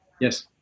Yes